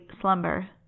slumber